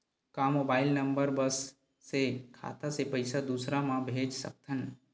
का mobile number बस से खाता से पईसा दूसरा मा भेज सकथन?